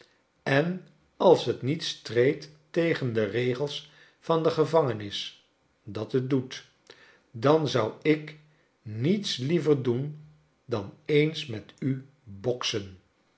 en als het niet streed tegen de regels van de gevangenis dat het doet dan zou ik niets liever doen dan eens met u boksen